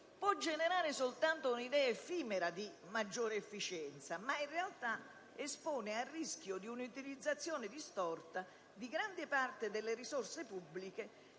può generare soltanto un'idea effimera di maggiore efficienza, ma in realtà espone al rischio di un'utilizzazione distorta di grande parte delle risorse pubbliche,